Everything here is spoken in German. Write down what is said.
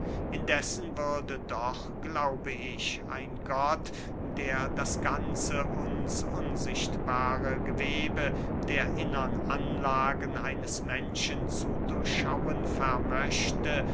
indessen würde doch glaube ich ein gott der das ganze uns unsichtbare gewebe der innern anlagen eines menschen zu durchschauen vermochte